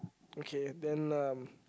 okay then um